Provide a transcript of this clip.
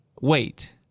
Wait